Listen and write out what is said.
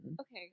Okay